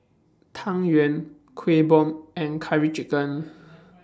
Tang Yuen Kueh Bom and Curry Chicken